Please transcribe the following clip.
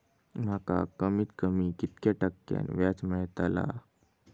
माका कमीत कमी कितक्या टक्क्यान व्याज मेलतला?